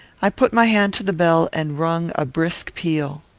i put my hand to the bell and rung a brisk peal.